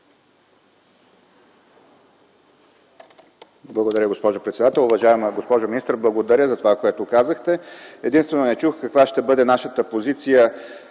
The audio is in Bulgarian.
Благодаря, госпожо председател. Уважаема госпожо министър, благодаря за това, което казахте. Единствено не чух каква ще бъде нашата позиция